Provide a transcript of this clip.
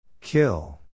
Kill